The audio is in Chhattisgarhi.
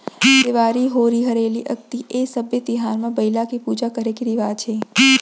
देवारी, होरी हरेली, अक्ती ए सब्बे तिहार म बइला के पूजा करे के रिवाज हे